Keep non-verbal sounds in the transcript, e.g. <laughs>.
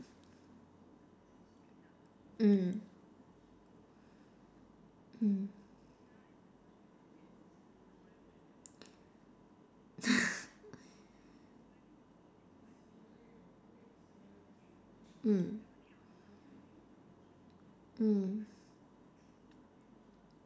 mm mm mm <laughs> mm mm